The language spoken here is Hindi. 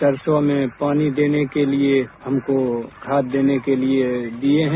सरसों में पानी देने के लिये हमको खाद देने के लिये दिये हैं